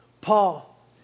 Paul